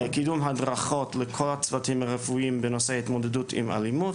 קידום הדרכות לכל הצוותים הרפואיים בנושא התמודדות עם אלימות